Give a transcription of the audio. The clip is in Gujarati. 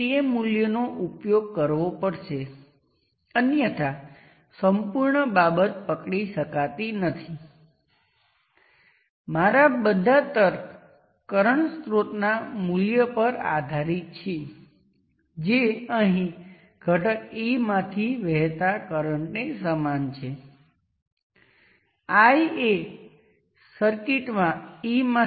તેથી સ્પષ્ટપણે તમે જોશો કે અહીં વહેતો કરંટ VL ને RN દ્વારા વહેંચવામાં આવે છે તે રીતે વહેતો current IN short circuit current માં છે